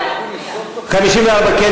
על הסתייגות 54 להצביע.